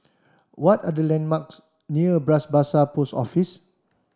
what are the landmarks near Bras Basah Post Office